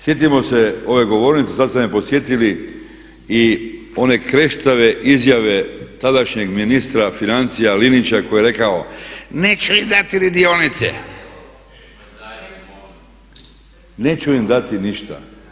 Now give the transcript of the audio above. Sjetimo se ove govornice, sad ste me podsjetili i one kreštave izjave tadašnjeg ministra financija Linića koji je rekao neću im dati dionice, neću im dati ništa.